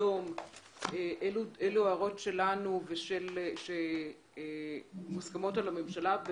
באדום אלו הערות שלנו שמוסכמות על הממשלה,